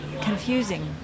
confusing